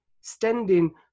standing